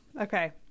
Okay